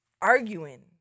arguing